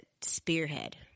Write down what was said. spearhead